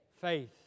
Faith